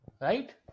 right